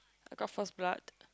I got first blood